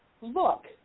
look